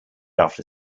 after